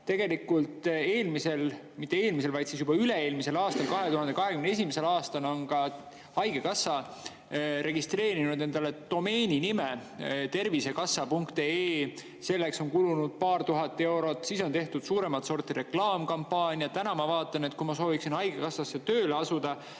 tegelikult mitte eelmisel, vaid juba üle-eelmisel aastal, 2021. aastal on haigekassa registreerinud endale domeeninime tervisekassa.ee. Selleks on kulunud paar tuhat eurot. Siis on tehtud suuremat sorti reklaamikampaaniat. Täna ma vaatan, et kui ma sooviksin haigekassasse tööle asuda